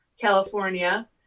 California